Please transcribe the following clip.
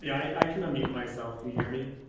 i can unmute myself. can you hear me?